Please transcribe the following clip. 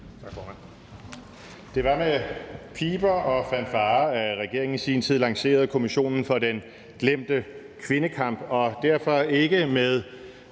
Det var med piber og fanfarer, at regeringen i sin tid lancerede Kommissionen for den glemte kvindekamp, og derfor var det